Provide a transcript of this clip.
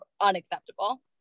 unacceptable